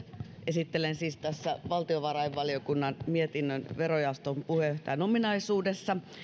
esittelen tässä valtiovarainvaliokunnan mietinnön verojaoston puheenjohtajan ominaisuudessa